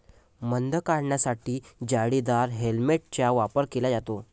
मध काढण्यासाठी जाळीदार हेल्मेटचा वापर केला जातो